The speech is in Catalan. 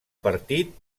partit